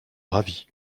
ravi